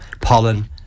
pollen